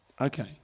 Okay